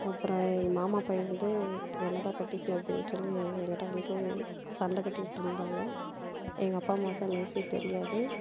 அப்புறம் எங்கள் மாமா பையன் வந்து என்ன தான் கட்டிக்கணும் அப்படின் சொல்லி என்கிட்ட வந்து சண்டை கட்டிக்கிட்டுருந்தாங்க எங்கள் அப்பா அம்மாக்கு அந்த விஷயம் தெரியாது